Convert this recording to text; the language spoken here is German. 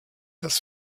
das